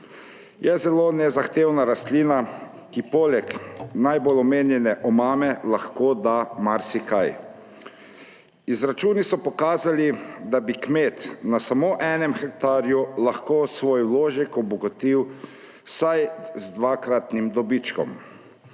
Je zelo nezahtevna rastlina, ki poleg najbolj omenjane omame lahko da marsikaj. Izračuni so pokazali, da bi kmet na samo enem hektarju lahko svoj vložek obogatil z vsaj dvakratnim dobičkom.